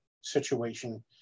situation